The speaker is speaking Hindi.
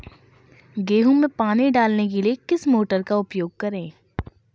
गेहूँ में पानी डालने के लिए किस मोटर का उपयोग करें?